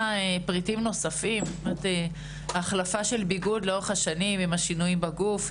פריטים נוספים: החלפה של ביגוד לאורך השנים עם השינויים בגוף,